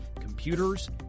computers